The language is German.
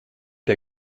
der